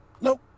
Nope